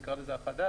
נקרא לזה החדש,